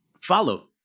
follow